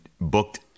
booked